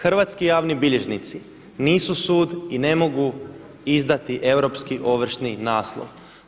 Hrvatski javni bilježnici nisu sud i ne mogu izdati europski ovršni naslov.